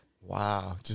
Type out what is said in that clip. Wow